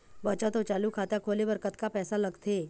बचत अऊ चालू खाता खोले बर कतका पैसा लगथे?